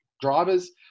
drivers